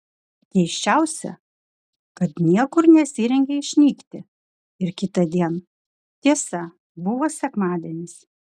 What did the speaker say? keisčiausia kad niekur nesirengė išnykti ir kitądien tiesa buvo sekmadienis